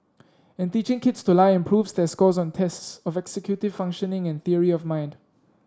and teaching kids to lie improves their scores on tests of executive functioning and theory of mind